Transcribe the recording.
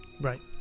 right